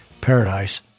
paradise